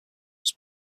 was